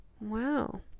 Wow